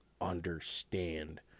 understand